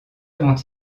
avant